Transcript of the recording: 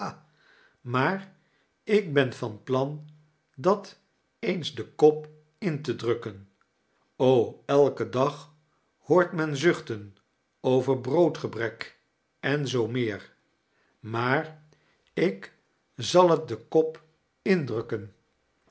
maar ik ben van plan dat eens den kop in te drukken elken dag hoort men zuchten over broodgebrek en zoo meej maar ik zal het den kop indrukken